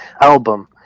album